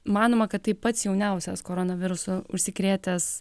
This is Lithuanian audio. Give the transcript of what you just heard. manoma kad tai pats jauniausias koronavirusu užsikrėtęs